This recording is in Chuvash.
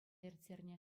ирттернӗ